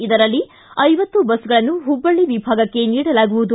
ಇದರಲ್ಲಿ ಐವತ್ತು ಬಸ್ಗಳನ್ನು ಹುಬ್ಬಳ್ಳ ವಿಭಾಗಕ್ಕೆ ನೀಡಲಾಗುವುದು